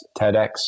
TEDx